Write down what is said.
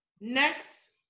Next